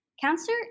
Cancer